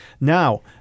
Now